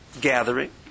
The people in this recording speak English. gathering